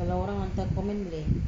kalau orang hantar comment boleh